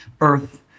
Earth